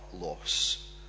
loss